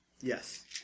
Yes